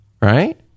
Right